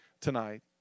tonight